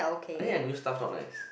I think their new stuff not nice